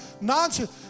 nonsense